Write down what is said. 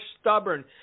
stubborn